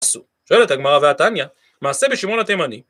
שואלת הגמרא והתניא, מעשה בשמעון התימני